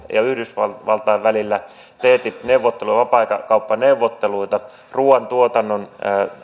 ja yhdysvaltain välillä ttip neuvotteluja vapaakauppaneuvotteluja ruuantuotannon